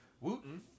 Wooten